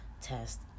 test